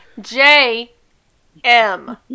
J-M